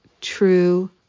true